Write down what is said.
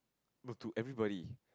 but to everybody